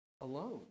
alone